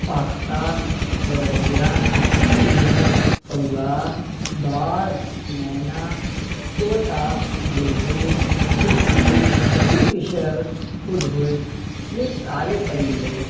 فاختہ گوریا چیل کوا باز مینا طوطا بلبل پھدکو کنگفشر ہدہد یہ سارے پرندے